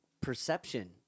perception